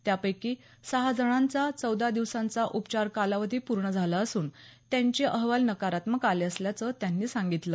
त्यापैकी सहा जणांचा चौदा दिवसांचा उपचार कालावधी पूर्ण झाला असून त्यांचे अहवाल नकारात्मक आले असल्याचं त्यांनी सांगितलं